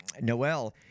Noel